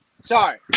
Sorry